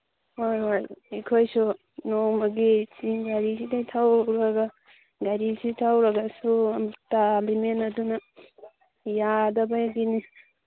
ꯍꯣꯏ ꯍꯣꯏ ꯑꯩꯈꯣꯏꯁꯨ ꯅꯣꯡꯃꯒꯤ ꯁꯤ ꯒꯥꯔꯤꯁꯤꯗꯒꯤ ꯊꯧꯔꯒ ꯒꯥꯔꯤꯁꯤ ꯊꯧꯔꯒꯁꯨ ꯇꯥꯜꯂꯤꯃꯤꯅ ꯑꯗꯨꯅ ꯌꯥꯗꯕꯒꯤꯅꯦ